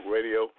Radio